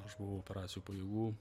aš buvau operacijų pajėgų